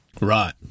Right